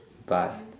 but